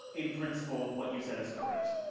in principle, what you said is correct.